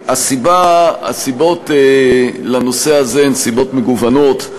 הסיבות לזה הן מגוונות.